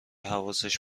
حواسش